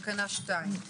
תקנה 2(ב).